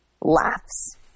laughs